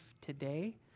today